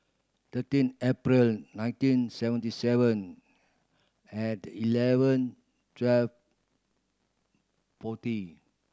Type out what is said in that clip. thirteen April nineteen seventy seven at eleven twelve forty